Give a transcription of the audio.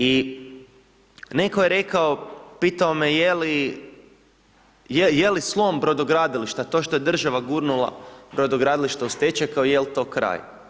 I netko je rekao, pitao me je je li slom brodogradilišta to što je država gurnula brodogradilište u stečaj, kao jel to kraj.